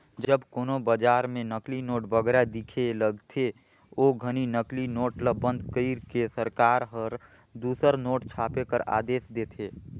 जब कोनो बजार में नकली नोट बगरा दिखे लगथे, ओ घनी नकली नोट ल बंद कइर के सरकार हर दूसर नोट छापे कर आदेस देथे